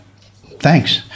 Thanks